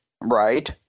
Right